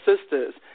sisters